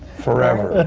forever!